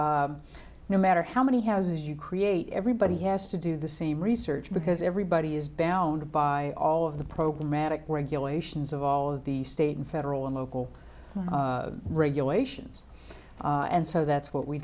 because no matter how many houses you create everybody has to do the same research because everybody is bound by all of the program matic regulations of all of the state and federal and local regulations and so that's what we